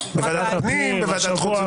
בוועדת הפנים, בוועדת חוץ וביטחון.